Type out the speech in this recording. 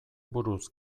buruz